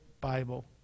Bible